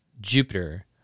Jupiter